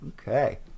Okay